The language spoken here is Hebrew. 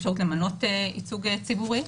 אפשרות למנות ייצוג ציבורי.